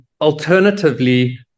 alternatively